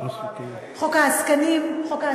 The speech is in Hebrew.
חוק העסקנים.